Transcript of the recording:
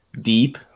deep